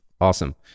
Awesome